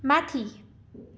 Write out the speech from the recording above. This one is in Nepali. माथि